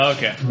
Okay